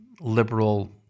liberal